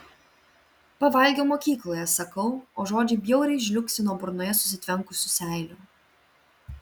pavalgiau mokykloje sakau o žodžiai bjauriai žliugsi nuo burnoje susitvenkusių seilių